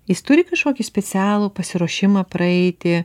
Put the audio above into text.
jis turi kažkokį specialų pasiruošimą praeiti